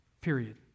Period